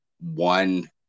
one